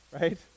right